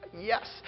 yes